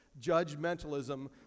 judgmentalism